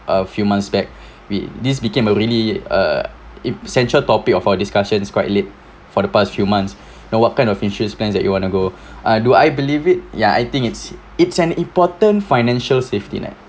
a few months back we this became a really err im~ central topic of our discussion is quite late for the past few months now what kind of insurance plan that you want to go ah do I believe it yeah I think it's it's an important financial safety net